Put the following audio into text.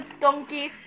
donkey